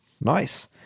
nice